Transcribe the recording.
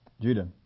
Judah